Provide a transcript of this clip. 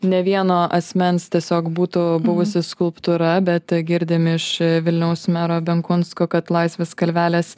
ne vieno asmens tiesiog būtų buvusi skulptūra bet girdim iš vilniaus mero benkunsko kad laisvės kalvelės